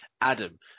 Adam